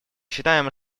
считаем